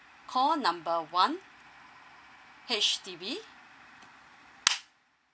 call number one H_D_B